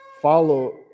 Follow